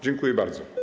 Dziękuję bardzo.